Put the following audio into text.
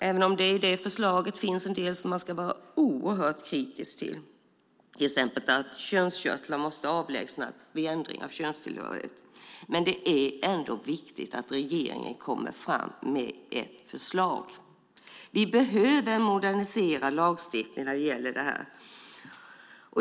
Det finns en del i förslaget som man ska vara kritisk mot, till exempel att könskörtlar måste avlägsnas vid ändring av könstillhörighet, men det är viktigt att regeringen kommer fram med ett förslag. Vi behöver modernisera lagstiftningen vad gäller detta.